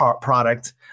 product